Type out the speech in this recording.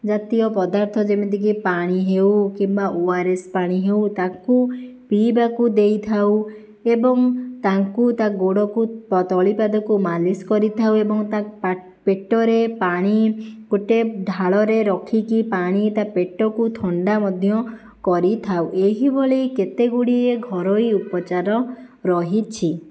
ଜାତୀୟ ପଦାର୍ଥ ଯେମିତି କି ପାଣି ହେଉ କିମ୍ବା ଓ ଆର୍ ଏସ୍ ପାଣି ହେଉ ତାକୁ ପିଇବାକୁ ଦେଇଥାଉ ଏବଂ ତାଙ୍କୁ ତା ଗୋଡ଼କୁ ତଳିପାଦକୁ ମାଲିସ କରିଥାଉ ଏବଂ ତା ପେଟରେ ପାଣି ଗୋଟେ ଢାଳରେ ରଖିକି ପାଣି ତା ପେଟକୁ ଥଣ୍ଡା ମଧ୍ୟ କରିଥାଉ ଏହିଭଳି କେତେ ଗୁଡ଼ିଏ ଘରୋଇ ଉପଚାର ରହିଛି